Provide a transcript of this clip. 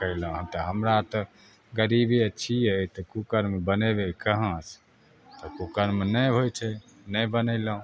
कएलहुँ हँ तऽ हमरा तऽ गरीबे छिए तऽ कुकरमे बनेबै कहाँसे तऽ कुकरमे नहि होइ छै नहि बनेलहुँ